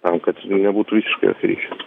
tam kad ir nebūtų visiškai juose ryšio